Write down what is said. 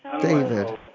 David